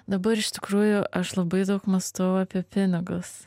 dabar iš tikrųjų aš labai daug mąstau apie pinigus